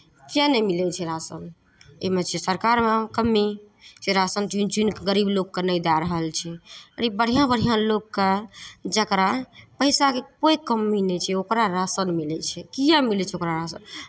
किएक नहि मिलै छै राशन एहिमे छै सरकारमे कमी जे राशन चुनि चुनि कऽ गरीब लोककेँ नहि दए रहल छै ई बढ़िआँ बढ़िआँ लोककेँ जकरा पैसाके कोइ कमी नहि छै ओकरा राशन मिलै छै किएक मिलै छै ओकरा राशन